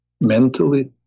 mentally